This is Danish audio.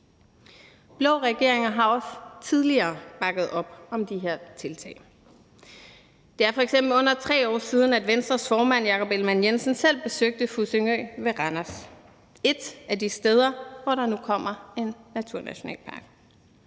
Blå regeringer har også tidligere bakket op om de her tiltag. Det er f.eks. under 3 år siden, at Venstres formand, Jakob Ellemann-Jensen, selv besøgte Fussingø ved Randers, et af de steder, hvor der nu kommer en naturnationalpark.